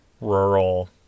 rural